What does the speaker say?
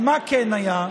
ומה כן היה?